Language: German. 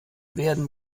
werden